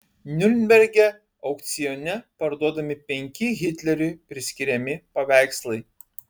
niurnberge aukcione parduodami penki hitleriui priskiriami paveikslai